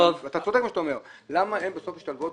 אתה צודק במה שאתה אומר אבל למה הן בסוף משתלבות